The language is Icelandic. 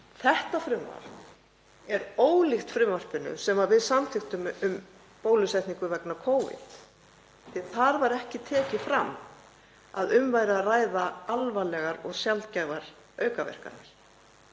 Þetta frumvarp er ólíkt frumvarpinu sem við samþykktum um bólusetningu vegna Covid. Þar var ekki tekið fram að um væri að ræða alvarlegar og sjaldgæfar aukaverkanir.